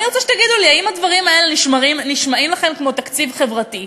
אני רוצה שתגידו לי האם הדברים האלה נשמעים לכם כמו תקציב חברתי,